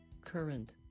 current